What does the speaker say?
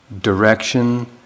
direction